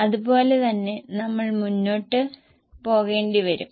അത് പോലെ തന്നെ നമ്മൾ മുന്നോട്ട് പോകേണ്ടി വരും